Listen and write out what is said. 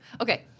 Okay